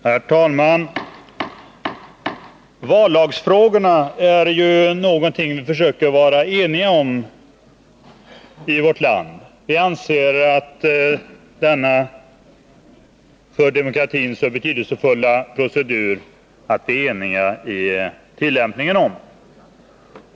Herr talman! Vallagsfrågorna är någonting vi försöker vara eniga om i vårt land. Vi anser att det är viktigt att vi är eniga om tillämpningen av denna för demokratin så betydelsefulla procedur.